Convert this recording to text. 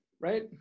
right